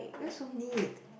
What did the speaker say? why so neat